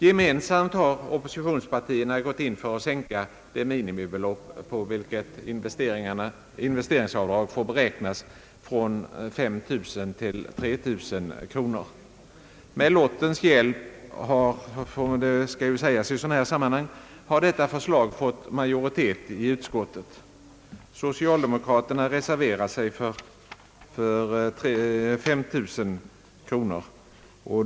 Gemensamt har oppositionspartierna gått in för att sänka det minimibelopp, på vilket investeringsavdrag får beräknas, från 5000 till 3000 kronor. Med lottens hjälp har detta förslag fått majoritet i utskottet. Socialdemokraterna reserverar sig för 5 000 kronor.